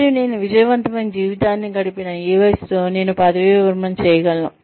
మరియు నేను విజయవంతమైన జీవితాన్ని గడిపిన ఈ వయస్సులో నేను పదవీ విరమణ చేయగలను